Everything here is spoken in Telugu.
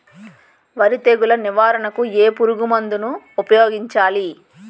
వరి తెగుల నివారణకు ఏ పురుగు మందు ను ఊపాయోగించలి?